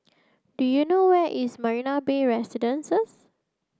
do you know where is Marina Bay Residences